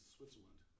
Switzerland